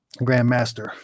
grandmaster